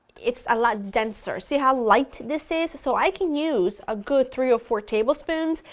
it's a lot denser, see how light this is so i can use a good three or four tablespoons,